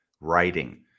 writing